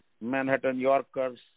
Manhattan-Yorkers